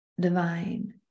divine